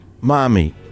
Mommy